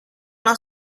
una